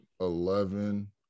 eleven